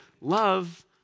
love